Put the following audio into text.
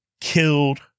Killed